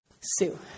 Sue